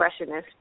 expressionist